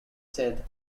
said